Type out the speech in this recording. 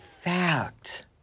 fact